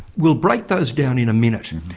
we'll break those down in a minute.